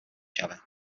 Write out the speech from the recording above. شود